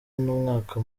n’umwaka